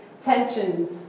tensions